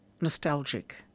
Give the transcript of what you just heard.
nostalgic